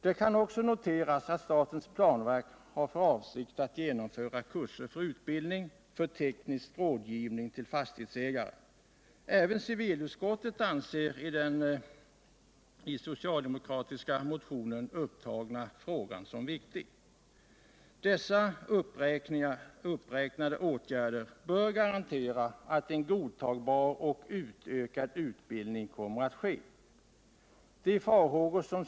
Det kan också noteras att statens planverk har för avsikt att genomföra kurser för utbildning och teknisk rådgivning för fastighetsägare. Även civilutskottet anser att den i den socialdemokratiska motionen upptagna frågan är viktig. De här uppräknade åtgärderna bör garantera att en godtagbar och ökad utbildning kommer att ske.